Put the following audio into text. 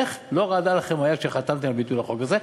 איך לא רעדה לכם היד כשחתמתם על ביטול החוק הזה?